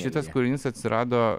šitas kūrinys atsirado